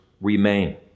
remain